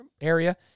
area